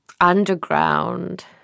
underground